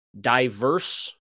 diverse